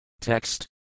Text